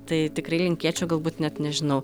tai tikrai linkėčiau galbūt net nežinau